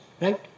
Right